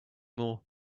more